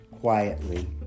quietly